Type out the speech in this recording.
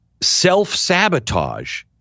self-sabotage